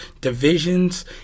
divisions